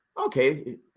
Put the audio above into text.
okay